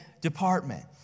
department